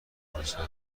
میسازد